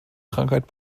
krankheit